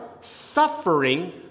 suffering